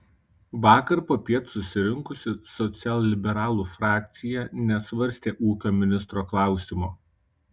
vakar popiet susirinkusi socialliberalų frakcija nesvarstė ūkio ministro klausimo